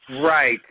Right